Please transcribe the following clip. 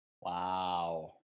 wow